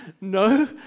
no